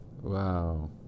Wow